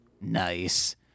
Nice